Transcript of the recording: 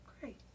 Great